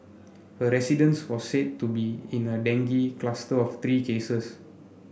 her residence was said to be in a dengue cluster of three cases